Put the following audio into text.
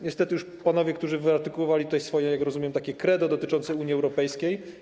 Niestety panowie, którzy wyartykułowali tutaj swoje, jak rozumiem, takie credo dotyczące Unii Europejskiej.